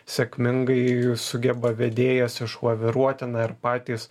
sėkmingai sugeba vedėjas išlaviruoti na ir patys